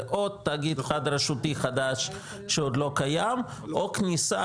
זה עוד תאגיד רשותי חדש שעוד לא קיים או כניסה